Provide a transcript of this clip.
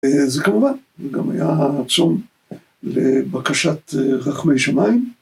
זה כמובן גם היה עצום לבקשת רחמי שמיים.